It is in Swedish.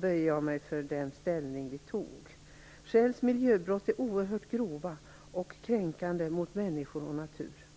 böjer jag mig för den ståndpunkt vi intog. Shells miljöbrott är oerhört grova och kränkande mot människor och natur.